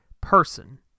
person